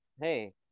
Hey